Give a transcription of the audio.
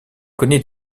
connait